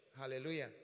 hallelujah